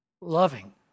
Loving